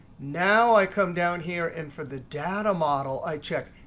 now i come down here, and for the data model, i check,